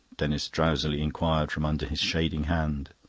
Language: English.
denis drowsily inquired from under his shading hand.